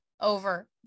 over